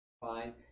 fine